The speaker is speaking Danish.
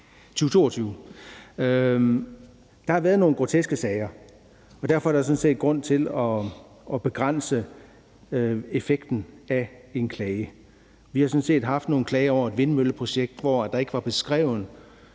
Der har været nogle groteske sager, og derfor er der jo sådan set grund til at begrænse effekten af en klage. Vi har haft nogle klager over et vindmølleprojekt, hvor der ikke var beskrevet